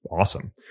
awesome